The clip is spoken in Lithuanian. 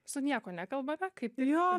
su niekuo nekalbame kaip jo